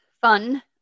fun